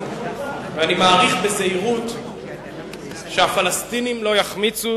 ואני מעריך בזהירות שהפלסטינים לא יחמיצו